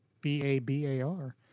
B-A-B-A-R